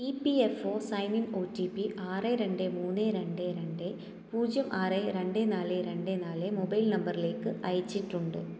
E P F O sign in O T P ആറ് രണ്ട് മൂന്ന് രണ്ട് രണ്ട് പൂജ്യം ആറ് രണ്ട് നാല് രണ്ട് നാല് മൊബൈൽ നമ്പറിലേക്ക് അയച്ചിട്ടുണ്ട്